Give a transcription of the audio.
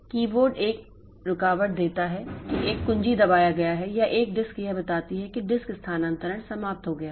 keyboard एक रुकावट देता है कि एक कुंजी दबाया गया है या एक डिस्क यह बताती है कि डिस्क स्थानांतरण समाप्त हो गया है